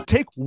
Take